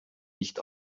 nicht